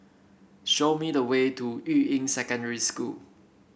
show me the way to Yuying Secondary School